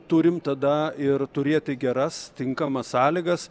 turim tada ir turėti geras tinkamas sąlygas